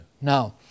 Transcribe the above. Now